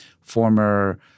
former